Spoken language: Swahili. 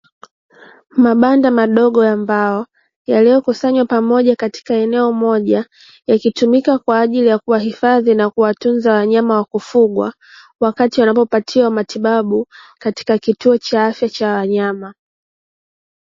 Mabanda madogo ya mbao yaliyokusanywa pamoja katika eneo moja, yakitumika kwa ajili ya kuwahifadhi na kuwatunza wanyama wa kufugwa wakati wanapopatiwa matibabu katika kituo cha afya cha wanyama.